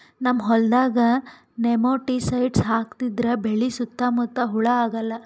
ನಮ್ಮ್ ಹೊಲ್ದಾಗ್ ನೆಮಟಿಸೈಡ್ ಹಾಕದ್ರಿಂದ್ ಬೆಳಿ ಸುತ್ತಾ ಮುತ್ತಾ ಹುಳಾ ಆಗಲ್ಲ